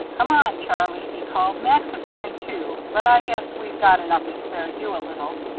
come on, charlie, he called. max is coming, too but i guess we've got enough to spare you a little.